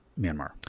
Myanmar